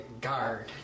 guard